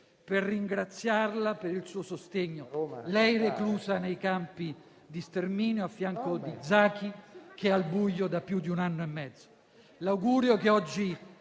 per ringraziarla per il suo sostegno; lei, reclusa nei campi di sterminio, a fianco di Zaki, che è al buio da un anno e mezzo. L'augurio che oggi